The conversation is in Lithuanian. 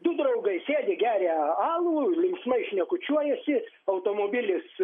du draugai sėdi geria alų linksmai šnekučiuojasi automobilis